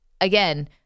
Again